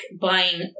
buying